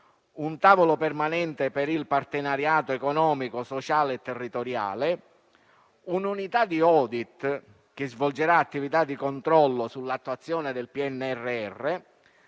un tavolo permanente per il partenariato economico, sociale e territoriale; un'unità di *audit* che svolgerà attività di controllo sull'attuazione del PNRR,